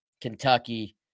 Kentucky